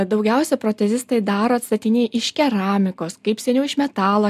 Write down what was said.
daugiausia protezistai daro atstatinėja iš keramikos kaip seniau iš metalo